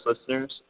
listeners